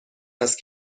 است